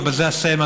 ובזה אסיים,